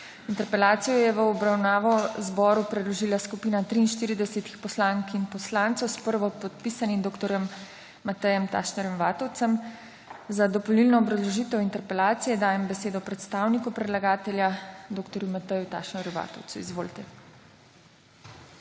Interpelacijo je v obravnavo Državnemu zboru predložila skupina 43 poslank in poslancev s prvopodpisanim dr. Matejem Tašner Vatovcem. Za dopolnilno obrazložitev interpelacije dajem besedo predstavniku predlagateljev dr. Mateju Tašner Vatovcu. **DR.